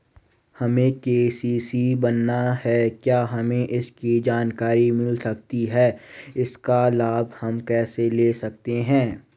हमें के.सी.सी बनाना है क्या हमें इसकी जानकारी मिल सकती है इसका लाभ हम कैसे ले सकते हैं?